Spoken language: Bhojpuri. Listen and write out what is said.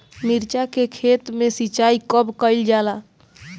मिर्चा के खेत में सिचाई कब कइल जाला?